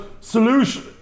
solution